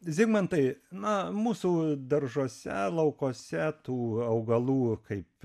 zigmantai na mūsų daržuose laukuose tų augalų kaip